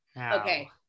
okay